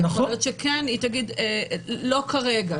כי יכול להיות שהיא תגיד: לא כרגע,